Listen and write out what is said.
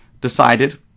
decided